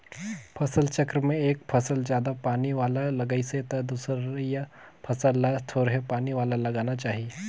फसल चक्र में एक फसल जादा पानी वाला लगाइसे त दूसरइया फसल ल थोरहें पानी वाला लगाना चाही